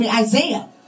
Isaiah